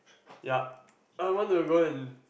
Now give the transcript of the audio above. yup I want to go and